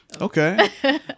okay